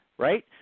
right